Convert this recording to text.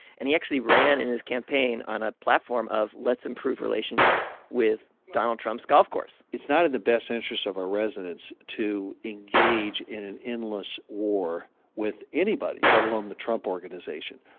and he actually ran, in his campaign, on a platform of, let's improve relations with donald trump's golf course it's not in the best interests of our residents to engage in an endless war with anybody, let alone the trump organization.